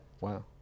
wow